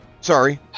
Sorry